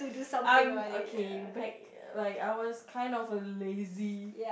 um okay back like I was kind a lazy